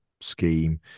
scheme